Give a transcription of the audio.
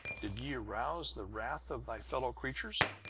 did ye arouse the wrath of thy fellow creatures?